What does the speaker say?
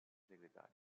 segretaria